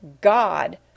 God